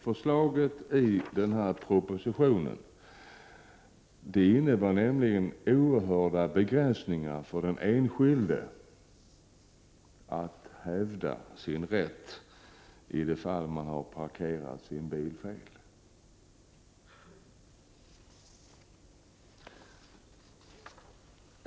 Förslaget i denna proposition innebär nämligen oerhörda begränsningar för den enskilde att hävda sin rätt i de fall vederbörande har parkerat sin bil felaktigt.